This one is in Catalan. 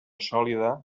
sòlida